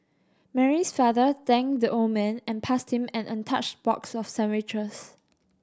Mary's father thanked the old man and passed him an untouched box of sandwiches